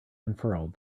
unfurled